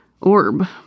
orb